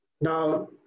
Now